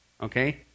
Okay